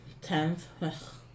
tenth